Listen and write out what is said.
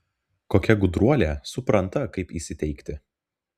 kokia gudruolė supranta kaip įsiteikti